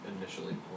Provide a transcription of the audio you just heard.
initially